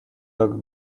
dog